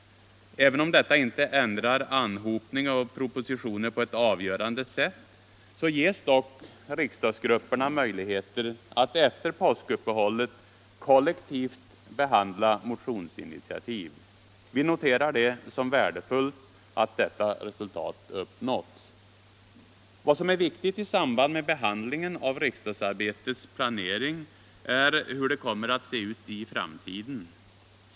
Även om detta inte ändrar anhopningen av propositioner på ett avgörande sätt, får dock riksdagsgrupperna möjligheter att efter påskuppehållet kollektivt behandla motionsinitiativ. Vi noterar det som värdefullt att detta resultat uppnåtts. Vad som är viktigt i samband med behandlingen av frågan om riksdagsarbetets planering är hur det kommer att se ut i framtiden.